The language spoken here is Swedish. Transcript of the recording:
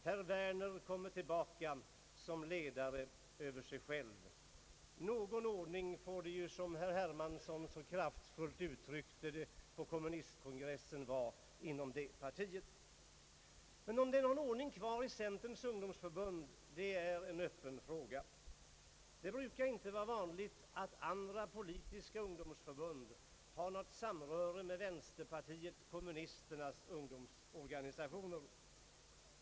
Herr Werner kommer tillbaka som ledare över sig själv. Någon ordning får det väl ändå vara inom det partiet, som herr Hermansson så kraftfullt uttryckte det på kommunistkongressen. Om det är någon ordning kvar i centerns ungdomsförbund är emellertid en öppen fråga. Det brukar inte vara vanligt att andra politiska ungdomsförbund har något samröre med vänsterpartiet kommunisternas ungdomsorganisationer.